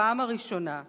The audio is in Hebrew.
בפעם הראשונה,